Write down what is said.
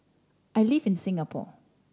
I live in Singapore